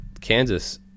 Kansas